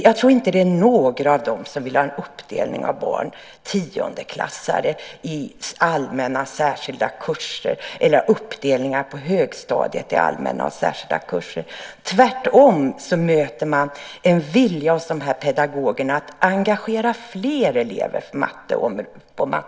Jag tror inte att det är någon av dem som vill ha en uppdelning för tioåriga elever eller för högstadiet i allmänna och särskilda kurser. Tvärtom möter man en vilja hos dessa pedagoger att engagera fler elever på matteområdet.